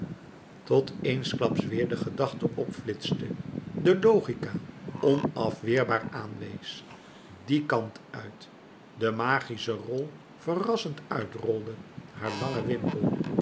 tot eensklaps weêr de gedachte opflitste de logica onafweêrbaar aanwees dien kant uit de magische rol verrassend uitrolde haar langen wimpel